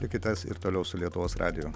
likitės ir toliau su lietuvos radiju